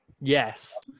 Yes